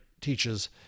teaches